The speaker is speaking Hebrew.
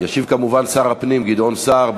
ישיב כמובן שר הפנים גדעון סער.